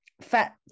fat